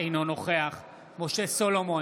אינו נוכח משה סולומון,